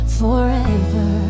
forever